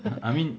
I mean